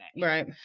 Right